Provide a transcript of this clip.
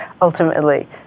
ultimately